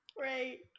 Right